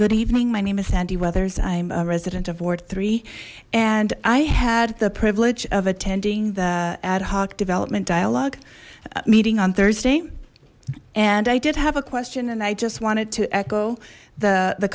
good evening my name is sandy weathers i'm a resident of ward three and i had the privilege of attending the ad hoc development dialogue meeting on thursday and i did have a question and i just wanted to echo the the